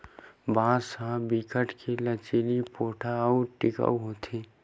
बांस ह बिकट के लचीला, पोठ अउ टिकऊ होथे